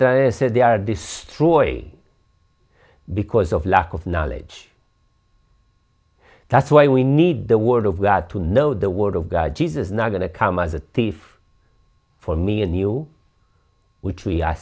i said they are destroyed because of lack of knowledge that's why we need the word of god to know the word of god jesus not going to come as a thief for me and you which we